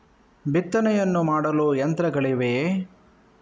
ಬಿತ್ತನೆಯನ್ನು ಮಾಡಲು ಯಂತ್ರಗಳಿವೆಯೇ?